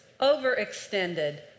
overextended